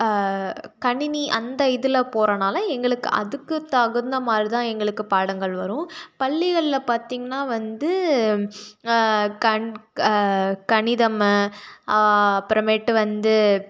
கணினி அந்த இதில் போகறனால எங்களுக்கு அதுக்கு தகுந்தமாதிரிதான் எங்களுக்கு பாடங்கள் வரும் பள்ளிகளில் பார்த்திங்கனா வந்து கண் கணிதம் அப்புறமேட்டு வந்து